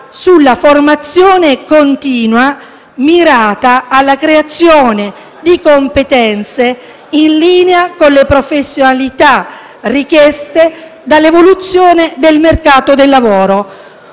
sulla formazione continua, mirata alla creazione di competenze in linea con le professionalità richieste dall'evoluzione del mercato del lavoro.